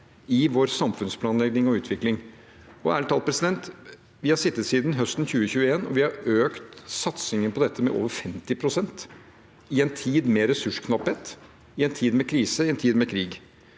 i vår samfunnsplanlegging og utvikling. Ærlig talt: Vi har sittet siden høsten 2021, og vi har økt satsingen på dette med over 50 pst. i en tid med ressursknapphet, i en tid med krise, i en tid med krig.